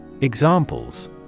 Examples